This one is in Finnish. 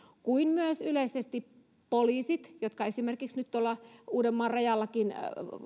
kuin myös yleisesti poliisit jotka esimerkiksi nyt tuolla uudenmaan rajallakin